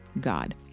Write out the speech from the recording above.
God